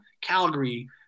Calgary